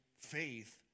faith